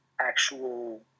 actual